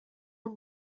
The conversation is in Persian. اون